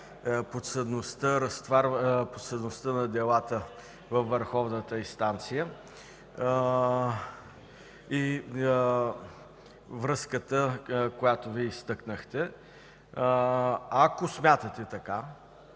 подсъдността на делата във върховната инстанция. Връзката, която изтъкнахте, ако смятате така,